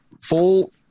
full